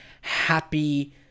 happy